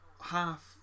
half